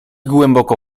głęboko